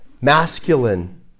masculine